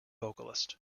vocalist